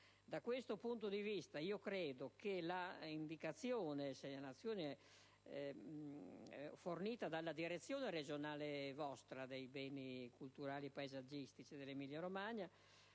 Da questo punto di vista credo che meriti una riflessione l'indicazione fornita dalla direzione regionale per i beni culturali e paesaggistici dell'Emilia-Romagna,